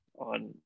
on